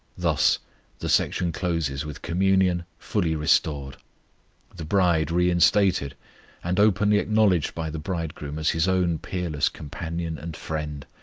thus the section closes with communion fully restored the bride reinstated and openly acknowledged by the bridegroom as his own peerless companion and friend.